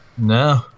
No